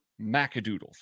Macadoodles